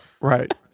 Right